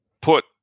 put